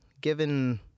given